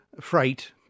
freight